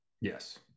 Yes